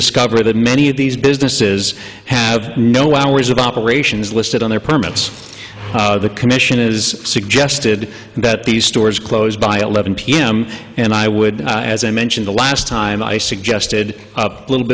discover that many of these businesses have no hours of operations listed on their permits the commission is suggested and that these stores close by eleven p m and i would as i mentioned the last time i suggested a little